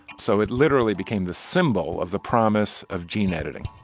so it literally became the symbol of the promise of gene editing.